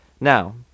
Now